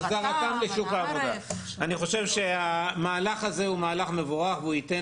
אני חושב שהמהלך הזה הוא מהלך מבורך והוא ייתן